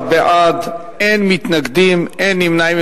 16 בעד, אין מתנגדים, אין נמנעים.